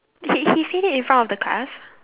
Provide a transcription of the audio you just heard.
he he said that in front of the class